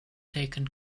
taken